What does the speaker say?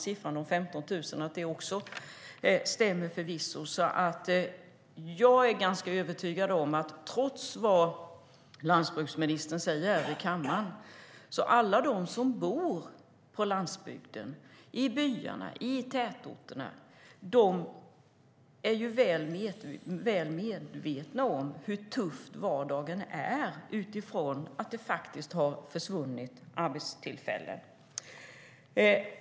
Siffran 15 000 stämmer förvisso också, så det har faktiskt försvunnit arbetstillfällen. Trots vad landsbygdsministern säger här i kammaren är jag ganska övertygad om att alla de som bor på landsbygden, i byarna och tätorterna, är väl medvetna om hur tuff vardagen är.